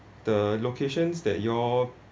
the locations that you all